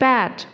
Bad